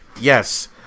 Yes